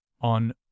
on